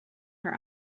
her